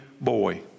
boy